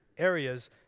areas